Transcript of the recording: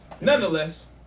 Nonetheless